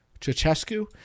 Ceausescu